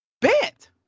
Bet